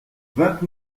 vingt